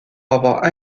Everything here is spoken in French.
avoir